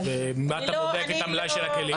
ומה אתה בודק את המלאי של הכלים.